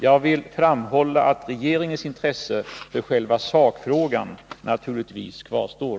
| Jag vill framhålla att regeringens intresse för själva sakfrågan naturligtvis kvarstår.